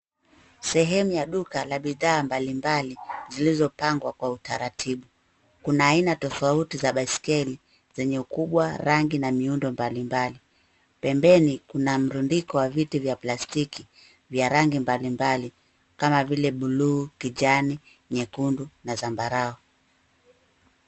Sehemu ya duka la bidhaa mbalimbali zilizopangwa kwa utaratibu. Kuna aina tofauti za baiskeli zenye ukubwa, rangi na miundo mbalimbali. Pembeni kuna mrundiko wa viti vya plastiki vya rangi mbalimbali. Kama vile buluu, kijani, nyekundu na zambarau.